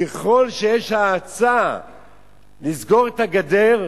ככל שיש האצה לסגור את הגדר,